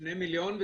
שני מיליון.